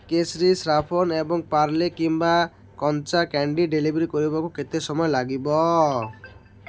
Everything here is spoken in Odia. କେସରୀ ସାଫ୍ରନ୍ ଏବଂ ପାର୍ଲେ କଞ୍ଚା ଆମ୍ବ କ୍ୟାଣ୍ଡି ଡେଲିଭର୍ କରିବାକୁ କେତେ ସମୟ ଲାଗିବ